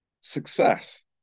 success